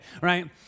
right